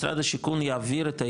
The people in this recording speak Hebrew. משרד השיכון יעביר את היתרות,